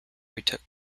retook